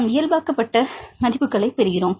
நாம் இயல்பாக்கப்பட்ட மதிப்புகளைப் பெறுகிறோம்